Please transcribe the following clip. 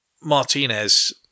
Martinez